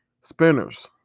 Spinners